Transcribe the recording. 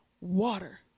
water